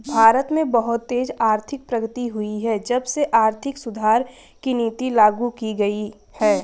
भारत में बहुत तेज आर्थिक प्रगति हुई है जब से आर्थिक सुधार की नीति लागू की गयी है